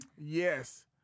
yes